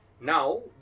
Now